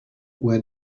where